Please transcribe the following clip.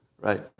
right